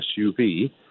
SUV